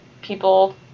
people